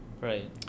Right